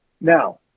now